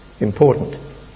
important